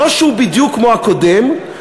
הם מחכים.